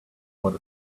what